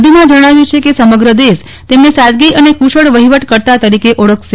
વધુમાં જજ્ઞાવ્યું છે કે સમગ્ર દેશ તેમને સાદગી અને ક્રુશળ વહિવટકર્તા તરીકે ઓળખશે